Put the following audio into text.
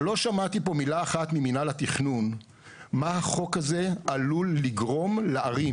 אבל לא שמעתי פה מילה אחת ממינהל התכנון מה החוק הזה עלול לגרום לערים.